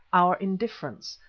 our indifference,